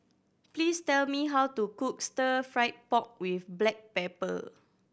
please tell me how to cook Stir Fried Pork With Black Pepper